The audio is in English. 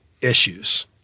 issues